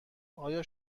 آیا